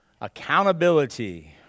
accountability